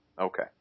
Okay